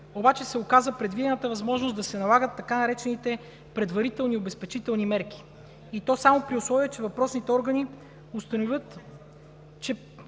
обаче се оказа предвидената възможност да се налагат така наречените „предварителни обезпечителни мерки“ и то, само при условие че въпросните органи установят, че…